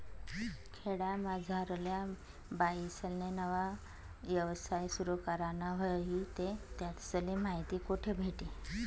खेडामझारल्या बाईसले नवा यवसाय सुरु कराना व्हयी ते त्यासले माहिती कोठे भेटी?